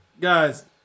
guys